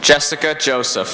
jessica joseph